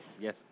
Yes